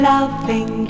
Loving